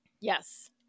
Yes